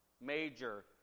major